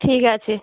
ঠিক আছে